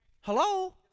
Hello